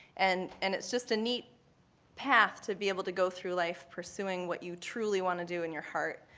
and and it's just a neat path to be able to go through life pursuing what you truly want to do in your heart.